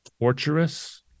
torturous